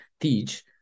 teach